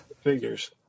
figures